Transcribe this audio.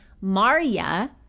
maria